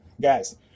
Guys